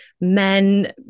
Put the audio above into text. men